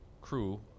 crew